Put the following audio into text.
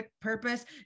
purpose